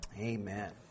Amen